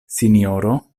sinjoro